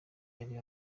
yari